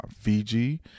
Fiji